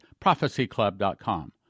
ProphecyClub.com